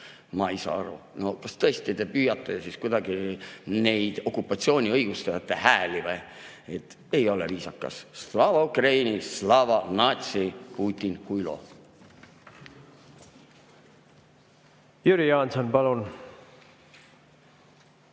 Ma ei saa aru, kas tõesti te püüate kuidagi neid okupatsiooni õigustajate hääli? Ei ole viisakas. Slava Ukraini! Slava natsii! Putin huilo! Jüri Jaanson, palun!